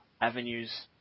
avenues